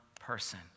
person